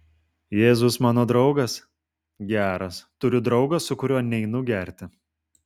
jėzus mano draugas geras turiu draugą su kuriuo neinu gerti